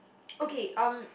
okay um